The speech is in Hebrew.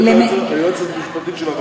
ואני מסכימה לעיקרון שלו.